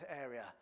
area